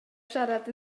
siarad